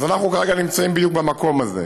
אז אנחנו כרגע נמצאים בדיוק במקום הזה.